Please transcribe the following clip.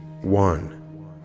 one